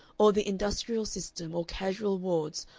or the industrial system or casual wards,